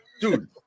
Dude